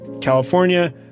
California